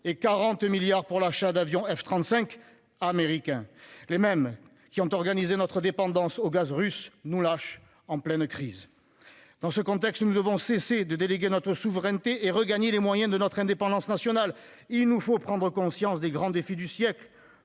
et 40 milliards pour l'achat d'avions F-35 américains. Ceux qui ont organisé notre dépendance au gaz russe nous lâchent en pleine crise ! Dans ce contexte, nous devons cesser de déléguer notre souveraineté et regagner les moyens de notre indépendance nationale. Il nous faut prendre conscience des grands défis du siècle